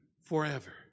forever